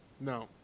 No